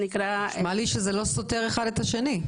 נשמע לי שזה לא סותר אחד את השני.